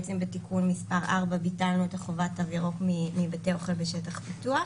בתיקון מס' 4 ביטלנו את חובת תו ירוק מבתי אוכל בשטח פתוח.